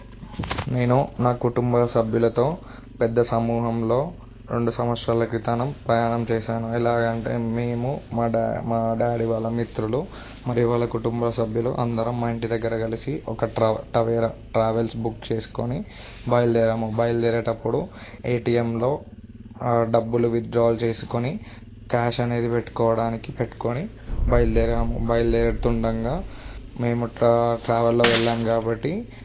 నేను నా కుటుంబ సభ్యులతో పెద్ద సమూహంలో రెండు సంవత్సరాల క్రితం ప్రయాణం చేశాను ఎలాగంటే మేము మా డా మా డాడీ వాళ్ళ మిత్రులు మరియు వాళ్ళ కుటుంబ సభ్యులు అందరం మా ఇంటి దగ్గర కలిసి ఒక ట టవేరా ట్రావెల్స్ బుక్ చేసుకుని బయలుదేరాము బయలుదేరేటప్పుడు ఏటీఎంలో ఆ డబ్బులు విత్డ్రా చేసుకొని క్యాష్ అనేది పెట్టుకోవడానికి పెట్టుకొని బయలుదేరాం బయలుదేరతుండగా మేము ట్రావెల్లో వెళ్ళాం కాబట్టి